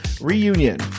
Reunion